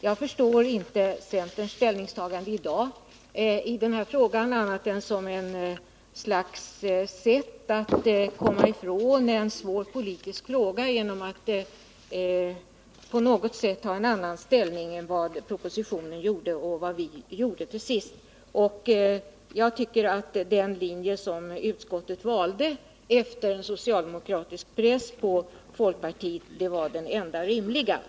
Jag uppfattar inte centerns ställningstagande i dag till denna fråga annat än såsom ett sätt att komma ifrån en svår politisk fråga genom att på något vis ta en annan ställning än propositionen och utskottet. Den linje som utskottet valde efter en socialdemokratisk press på folkpartiet var den enda rimliga.